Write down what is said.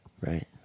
right